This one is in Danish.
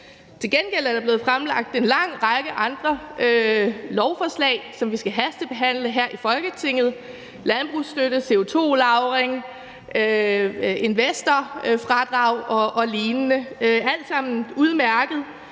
Til gengæld er der blevet fremsat en lang række andre lovforslag, som vi skal hastebehandle her i Folketinget: lovforslag om landbrugsstøtte, CO2-lagring, investorfradrag og lignende. Det er alt sammen udmærket,